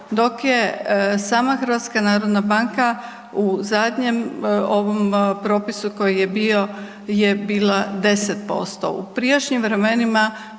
dok je sama HNB u zadnjem ovom propisu koji je bio je bila 10%. U prijašnjim vremenima